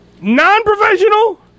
Non-professional